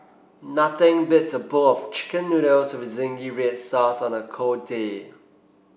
nothing beats a bowl of chicken noodles with zingy red sauce on a cold day